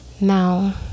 now